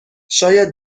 شاید